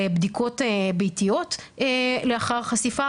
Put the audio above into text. לבדיקות ביתיות לאחר חשיפה,